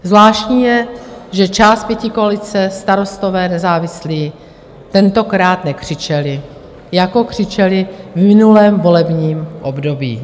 Zvláštní je, že část pětikoalice, Starostové a nezávislí, tentokrát nekřičeli, jako křičeli v minulém volebním období.